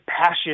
passion